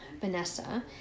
Vanessa